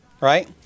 Right